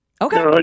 Okay